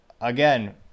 again